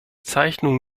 zeichnung